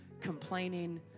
complaining